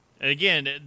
Again